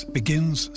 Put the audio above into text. begins